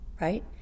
right